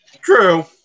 True